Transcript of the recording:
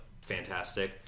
Fantastic